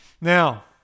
Now